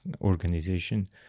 organization